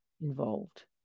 involved